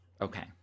Okay